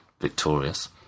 victorious